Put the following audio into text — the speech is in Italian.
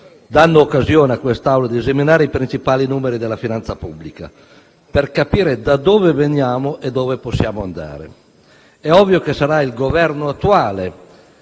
danno occasione all'Assemblea di esaminare i principali numeri della finanza pubblica, per capire da dove veniamo e dove possiamo andare. È ovvio che sarà il Governo attuale